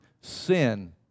sin